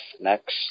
Next